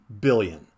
billion